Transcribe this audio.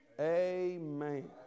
Amen